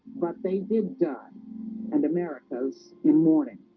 but they did done and america's in mourning